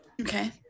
Okay